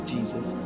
Jesus